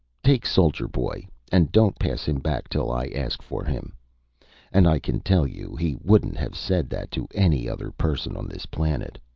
take soldier boy, and don't pass him back till i ask for him and i can tell you he wouldn't have said that to any other person on this planet.